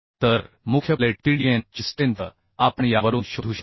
तर मुख्य plate TDN ची स्ट्रेंथ आपण यावरून शोधू शकतो